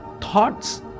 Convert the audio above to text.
thoughts